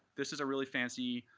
this is a really fancy